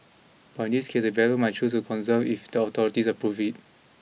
but in this case the developer might choose to conserve if the authorities approve it